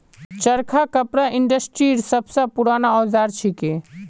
चरखा कपड़ा इंडस्ट्रीर सब स पूराना औजार छिके